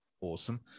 awesome